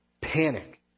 panic